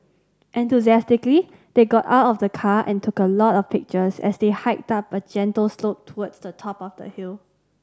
enthusiastically they got out of the car and took a lot of pictures as they hiked up a gentle slope towards the top of the hill